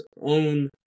own